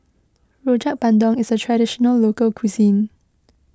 Rojak Bandung is a Traditional Local Cuisine